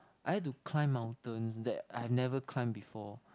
I like to climb mountains that I've never climb before